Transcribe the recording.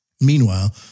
Meanwhile